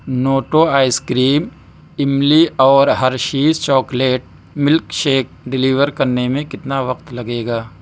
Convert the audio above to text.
نوٹو ice cream املی اور Hershey's chocolate milk shake deliver کرنے میں کتنا وقت لگے گا